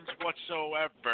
whatsoever